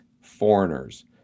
foreigners